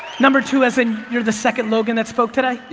number two as in you're the second logan that spoke today?